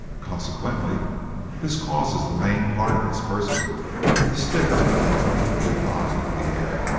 consequently this causes the main part of its person to stick up uncomfortably high in the air,